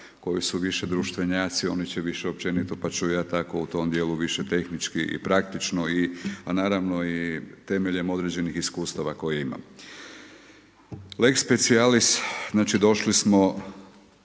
koji su više društvenjaci, oni će više općenito, pa ću ja tako u tome dijelu više tehnički i praktično, a naravno i temeljem određenih iskustava koje imam. Lex specialis, znači došli smo